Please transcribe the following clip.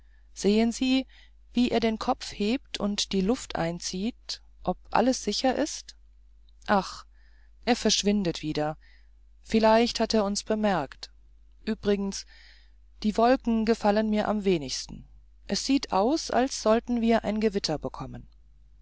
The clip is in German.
sehen sie wie er den kopf hebt und die luft einzieht ob alles sicher ist ach er verschwindet wieder vielleicht hat er uns bemerkt übrigens die wolken gefallen mir am wenigsten es sieht aus als sollten wir ein gewitter bekommen